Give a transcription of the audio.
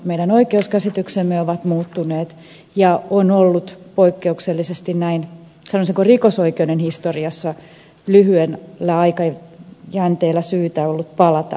meidän oikeuskäsityksemme ovat muuttuneet ja on ollut poikkeuksellisesti sanoisinko näin rikosoikeuden historiassa lyhyellä aikajänteellä ollut syytä palata asioihin